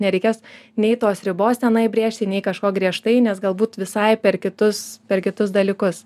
nereikės nei tos ribos tenai brėžti nei kažko griežtai nes galbūt visai per kitus per kitus dalykus